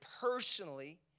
personally